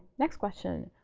next question,